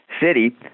city